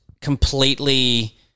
Completely